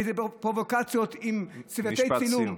איזה פרובוקציות עם צוותי צילום.